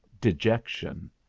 dejection